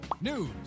news